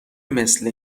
مثل